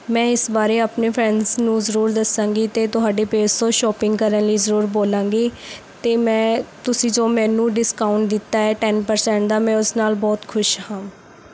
ਮੈਂ ਇਸ ਬਾਰੇ ਆਪਣੇ ਫਰੈਂਡਸ ਨੂੰ ਜ਼ਰੂਰ ਦੱਸਾਂਗੀ ਅਤੇ ਤੁਹਾਡੇ ਪੇਜ ਤੋਂ ਸ਼ੋਪਿੰਗ ਕਰਨ ਲਈ ਜ਼ਰੂਰ ਬੋਲਾਂਗੀ ਅਤੇ ਮੈਂ ਤੁਸੀਂ ਜੋ ਮੈਨੂੰ ਡਿਸਕਾਊਂਟ ਦਿੱਤਾ ਹੈ ਟੈਨ ਪਰਸੈਂਟ ਦਾ ਮੈਂ ਉਸ ਨਾਲ ਬਹੁਤ ਖੁਸ਼ ਹਾਂ